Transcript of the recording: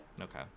okay